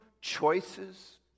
choices